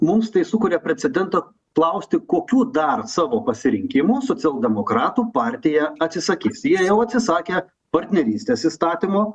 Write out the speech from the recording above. mums tai sukuria precedentą klausti kokių dar savo pasirinkimų socialdemokratų partija atsisakys jie jau atsisakė partnerystės įstatymo